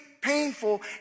painful